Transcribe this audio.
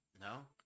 No